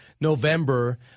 November –